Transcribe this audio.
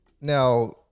Now